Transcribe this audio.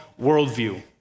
worldview